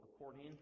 according